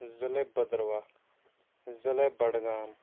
ضِلَے بٔدٕرواہ ضِلَے بَڈگام